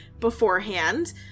beforehand